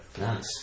Nice